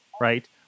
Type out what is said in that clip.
Right